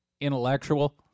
intellectual